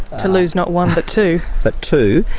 to lose not one but two, but two,